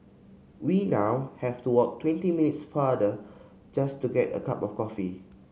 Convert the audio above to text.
we now have to walk twenty minutes farther just to get a cup of coffee